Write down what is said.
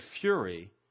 fury